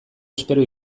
espero